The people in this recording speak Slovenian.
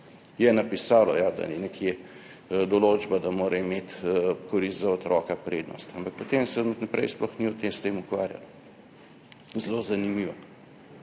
je napisalo, ja, da je nekje določba, da mora imeti korist za otroka prednost, ampak potem se naprej sploh ni o tem s tem ukvarjalo. Zelo zanimivo,